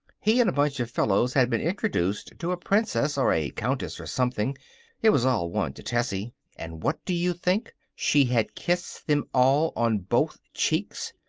he and a bunch of fellows had been introduced to a princess or a countess or something it was all one to tessie and what do you think? she had kissed them all on both cheeks!